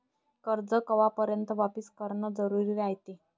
कर्ज कवापर्यंत वापिस करन जरुरी रायते?